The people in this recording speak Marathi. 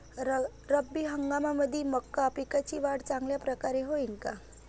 रब्बी हंगामामंदी मका पिकाची वाढ चांगल्या परकारे होईन का?